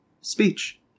speech